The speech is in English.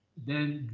then,